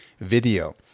video